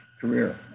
career